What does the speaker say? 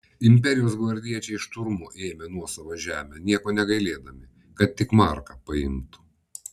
imperijos gvardiečiai šturmu ėmė nuosavą žemę nieko negailėdami kad tik marką paimtų